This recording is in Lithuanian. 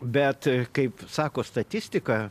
bet kaip sako statistika